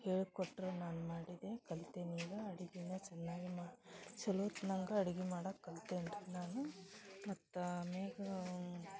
ಹೇಳ್ಕೊಟ್ಟರು ನಾನು ಮಾಡಿದೆ ಕಲ್ತಿನಿ ಈಗ ಅಡ್ಗೆನ ಚೆನ್ನಾಗಿ ಮಾಡಿ ಚಲೋತ್ನಾಗ ಅಡ್ಗಿ ಮಾಡೋದು ಕಲ್ತಿನಿ ರೀ ನಾನು ಮತ್ತು ಅಮ್ಯಾಗ ನಾನು